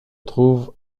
trouve